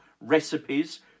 recipes